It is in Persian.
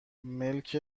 ملک